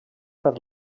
per